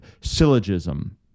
syllogism